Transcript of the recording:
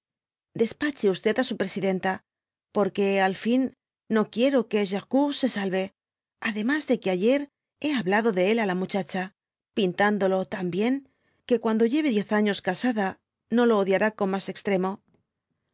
despache á su presidenta por que al fin no quiero que geroourt se salye ademas de que ayer hé hablado de él á la mudiadia pintándolo taíi bien que cuando lleve diez años de casada no lo odiará con mas extremo